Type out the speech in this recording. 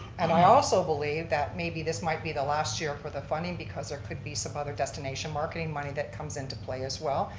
and i also believe that maybe this might be the last year for the funding because there could be some other destination marketing money that comes in to play as well.